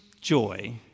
joy